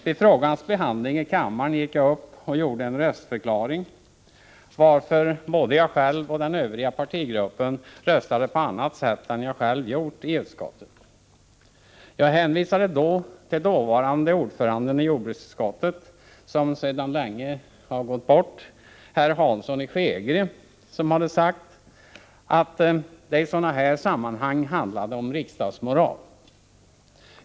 Vid frågans behandling i kammaren gick jag upp och gjorde en röstförklaring, varför både jag själv och den övriga partigruppen röstade på annat sätt än jag själv gjort i utskottet. Jag hänvisade då till dåvarande ordföranden i jordbruksutskottet, herr Hansson i Skegrie, som för länge sedan gick bort. Han hade sagt att det i sådana här sammanhang handlade om riksdagsmoral.